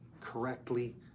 correctly